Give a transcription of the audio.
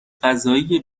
قضایی